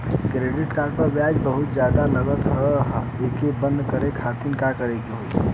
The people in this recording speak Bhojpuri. क्रेडिट कार्ड पर ब्याज बहुते ज्यादा लगत ह एके बंद करे खातिर का करे के होई?